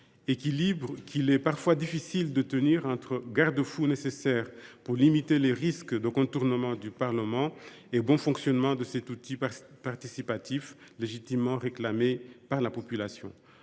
d’équilibre, même si cet équilibre, entre garde fous nécessaires pour limiter les risques de contournement du Parlement et bon fonctionnement de cet outil participatif, légitimement réclamé par la population,